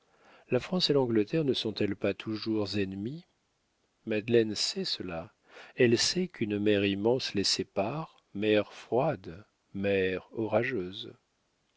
la france et l'angleterre ne sont-elles pas toujours ennemies madeleine sait cela elle sait qu'une mer immense les sépare mer froide mer orageuse